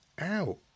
Ow